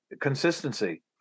consistency